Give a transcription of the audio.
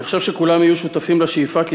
אני חושב שכולם יהיו שותפים לשאיפה כי